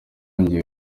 wongeye